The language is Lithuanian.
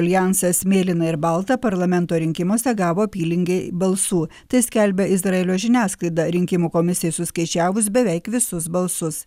aljansas mėlyna ir balta parlamento rinkimuose gavo apylygiai balsų tai skelbia izraelio žiniasklaida rinkimų komisija suskaičiavus beveik visus balsus